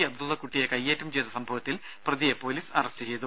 അബ്ദുള്ള കുട്ടിയെ കൈയ്യേറ്റം ചെയ്ത സംഭവത്തിലെ പ്രതിയെ പൊലീസ് അറസ്റ്റ് ചെയ്തു